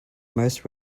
most